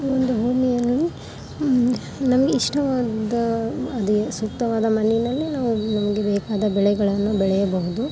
ಒಂದು ಭೂಮಿಯನ್ನು ನಮಗೆ ಇಷ್ಟವಾದ ಅದೆ ಸೂಕ್ತವಾದ ಮಣ್ಣಿನಲ್ಲಿ ನಾವು ನಮಗೆ ಬೇಕಾದ ಬೆಳೆಗಳನ್ನು ಬೆಳೆಯಬಹುದು